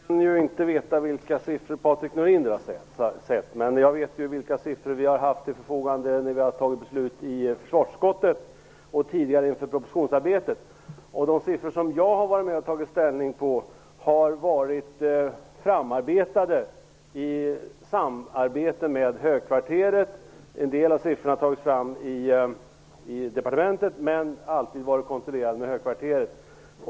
Fru talman! Jag kan inte veta vilka siffror Patrik Norinder har, men jag vet vilka siffror vi haft när vi tagit ställning i försvarsutskottet och tidigare under propositionsarbetet. De siffror som jag har tagit ställning till har framarbetats i samarbete med högkvarteret. En del av siffrorna har tagits fram i departementet men alltid varit kontrollerade i högkvarteret.